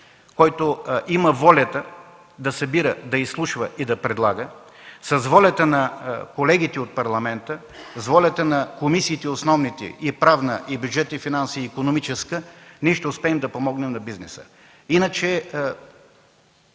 който има волята да събира, изслушва и предлага, с волята на колегите от парламента, с волята на основните комисии – Правна, Бюджетна и Икономическа, ще успеем да помогнем на бизнеса.